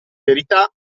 verità